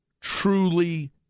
truly